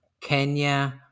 Kenya